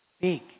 big